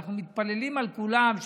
אנחנו מתפללים על כולם,